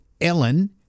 Ellen